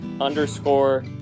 underscore